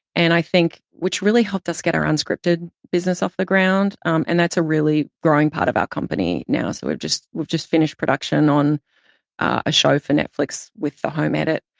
and i think which really helped us get our unscripted business off the ground. um and that's a really growing part of our company now. so we've just we've just finished production on a show for netflix with the home edit